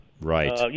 right